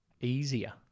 easier